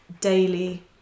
daily